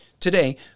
Today